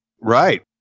right